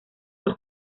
por